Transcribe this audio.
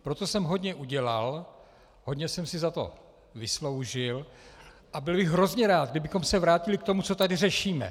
Pro to jsem hodně udělal, hodně jsem si za to vysloužil a byl bych hrozně rád, kdybychom se vrátili k tomu, co tady řešíme.